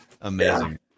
Amazing